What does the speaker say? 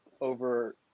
over